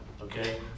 okay